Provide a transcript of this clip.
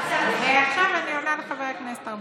ועכשיו אני עונה לחבר הכנסת ארבל.